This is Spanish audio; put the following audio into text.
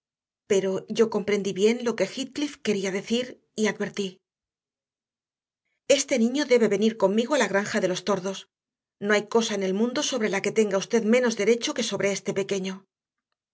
pero yo comprendí bien lo que heathcliff quería decir y advertí este niño debe venir conmigo a la granja de los tordos no hay cosa en el mundo sobre la que tenga usted menos derecho que sobre este pequeño